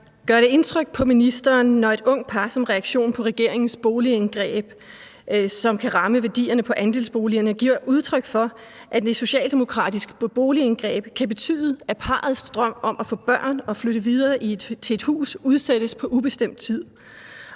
Gør det indtryk på ministeren, når et ungt par som reaktion på regeringens boligindgreb, som kan ramme værdierne af andelsboligerne, giver udtryk for, at det socialdemokratiske boligindgreb kan betyde, at parrets drøm om at få børn og flytte videre til et hus udsættes på ubestemt tid,